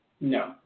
no